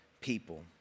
people